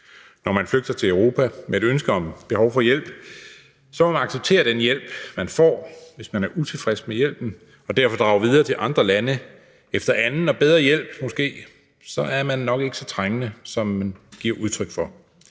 Når man flygter til Europa med et ønske om og et behov for hjælp, må man acceptere den hjælp, som man får. Hvis man er utilfreds med hjælpen og derfor drager videre til andre lande efter anden og måske bedre hjælp, så er man nok ikke så trængende, som man giver udtryk for.